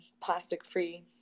plastic-free